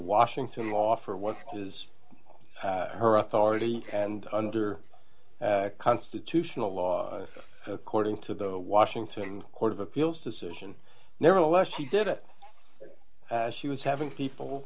washington law for what is her authority and under constitutional law according to the washington court of appeals decision nevertheless she did it as she was having people